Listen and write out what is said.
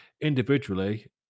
individually